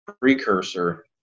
precursor